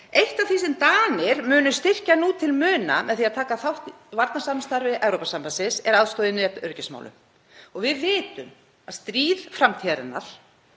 Eitt af því sem Danir munu styrkja nú til muna með því að taka þátt í varnarsamstarfi Evrópusambandsins er aðstoð í netöryggismálum. Við vitum að stríð framtíðarinnar